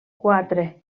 quatre